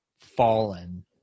fallen